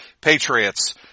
Patriots